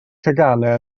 teganau